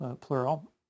plural